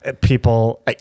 people